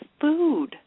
food